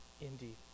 indeed